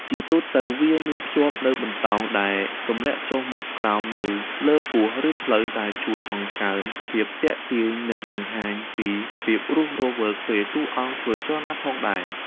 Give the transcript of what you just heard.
ជាទូទៅវាមានភ្ជាប់នូវបន្តោង ដែលទម្លាក់ចុះមកក្រោមនៅលើពោះ ឬភ្លៅ ដែលជួយបង្កើនភាពទាក់ទាញ និងបង្ហាញពីភាពរស់រវើកពេលតួអង្គធ្វើចលនាផងដែរ។